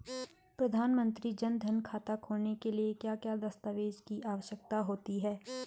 प्रधानमंत्री जन धन खाता खोलने के लिए क्या क्या दस्तावेज़ की आवश्यकता होती है?